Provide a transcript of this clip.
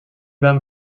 them